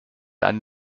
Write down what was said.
einen